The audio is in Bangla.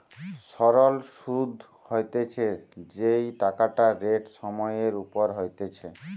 সরল সুধ হতিছে যেই টাকাটা রেট সময় এর ওপর হতিছে